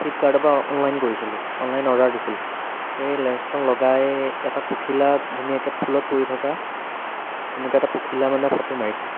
ফ্লিপকাৰ্টৰ পৰা অনলাইন কৰিছিলোঁ অনলাইন অৰ্ডাৰ দিছিলোঁ সেই লেন্সখন লগাই এটা পখিলা ধুনীয়াককৈ ফুলত পৰি থকা এনেকুৱা এটা পখিলা মানে ফটো মাৰিছিলোঁ